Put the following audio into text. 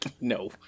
No